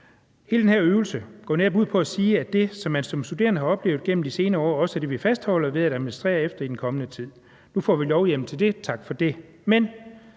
»Hele den her øvelse går jo netop ud på at sige, at det, man som studerende har oplevet igennem de senere år, også er det, vi fastholder at administrere efter i den kommende tid. Det får vi nu lovhjemmel til – tak for det – men